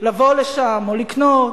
לבוא לשם או לקנות.